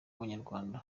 abanyarwanda